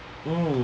mm